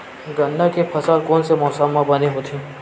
गन्ना के फसल कोन से मौसम म बने होथे?